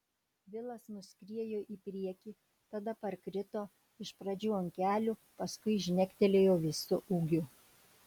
vilas nuskriejo į priekį tada parkrito iš pradžių ant kelių paskui žnektelėjo visu ūgiu